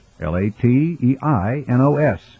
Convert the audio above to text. L-A-T-E-I-N-O-S